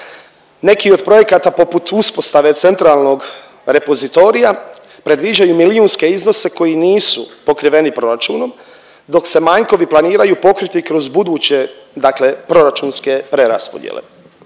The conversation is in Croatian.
Neki od projekata poput uspostave centralnog repozitorija predviđa i milijunske iznose koji nisu pokriveni proračunom, dok se manjkovi planiraju pokriti kroz buduće, dakle proračunske preraspodjele.